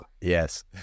yes